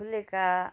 फुलेका